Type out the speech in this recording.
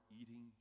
eating